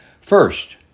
First